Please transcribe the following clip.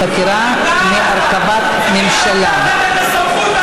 את הפער הגדול בנשים עובדות ובמובטלות ובנשים